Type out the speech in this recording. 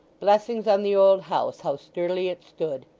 blessings on the old house, how sturdily it stood!